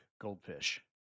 goldfish